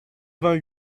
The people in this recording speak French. vingt